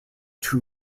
two